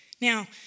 Now